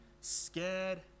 scared